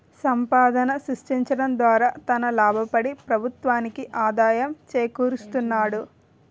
సంపాదన సృష్టించడం ద్వారా తన లాభపడి ప్రభుత్వానికి ఆదాయం చేకూరుస్తాడు